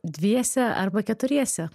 dviese arba keturiese